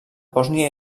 bòsnia